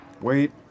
Wait